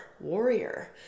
warrior